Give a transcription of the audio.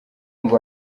ngo